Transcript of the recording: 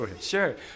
Sure